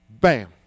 Bam